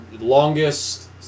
longest